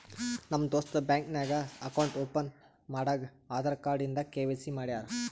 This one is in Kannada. ನಮ್ ದೋಸ್ತ ಬ್ಯಾಂಕ್ ನಾಗ್ ಅಕೌಂಟ್ ಓಪನ್ ಮಾಡಾಗ್ ಆಧಾರ್ ಕಾರ್ಡ್ ಇಂದ ಕೆ.ವೈ.ಸಿ ಮಾಡ್ಯಾರ್